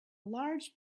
large